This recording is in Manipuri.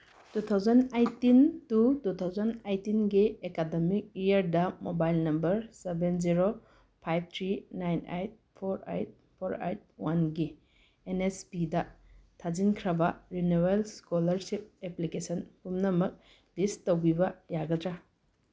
two thousand eighteen to two thousand ꯑꯩꯠꯇꯤꯟꯒꯤ ꯑꯦꯀꯥꯗꯃꯤꯛ ꯏꯌꯥꯔꯗ mobile number seven zero five three nine eight four eight four eight ꯋꯥꯟꯒꯤ ꯑꯦꯟ ꯅꯦꯁ ꯄꯤꯗ ꯊꯥꯖꯤꯟꯈ꯭ꯔꯕ ꯔꯤꯅꯨꯋꯦꯜ ꯏꯁꯀꯣꯂꯥꯔꯁꯤꯞ ꯑꯦꯄ꯭ꯂꯤꯀꯦꯁꯟ ꯄꯨꯝꯅꯃꯛ ꯂꯤꯁ ꯇꯧꯕꯤꯕ ꯌꯥꯒꯗ꯭ꯔꯥ